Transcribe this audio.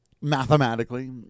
mathematically